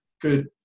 good